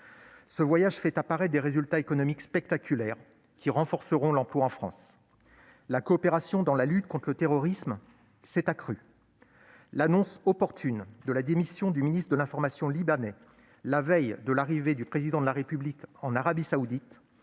Ce voyage fait apparaître des résultats économiques spectaculaires, qui renforceront l'emploi en France ... C'est exact !... et la coopération dans la lutte contre le terrorisme s'est accrue. L'annonce opportune de la démission du ministre de l'information libanais, la veille de l'arrivée du Président de la République en Arabie Saoudite,